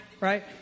right